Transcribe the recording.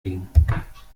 gingen